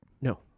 No